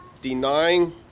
denying